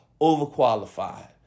overqualified